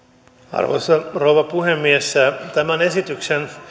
arvoisa rouva puhemies tämän esityksen